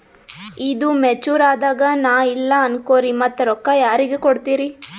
ಈದು ಮೆಚುರ್ ಅದಾಗ ನಾ ಇಲ್ಲ ಅನಕೊರಿ ಮತ್ತ ರೊಕ್ಕ ಯಾರಿಗ ಕೊಡತಿರಿ?